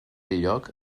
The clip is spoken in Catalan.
lloc